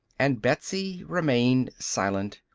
and betsy remained silent,